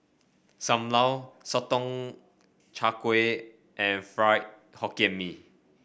Sam Lau Sotong Char Kway and Fried Hokkien Mee